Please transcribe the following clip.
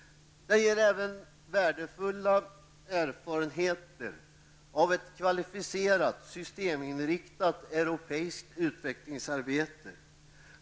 Den ger även värdefulla erfarenheter av ett kvalificerat, systeminriktat Europeiskt utvecklingsarbete.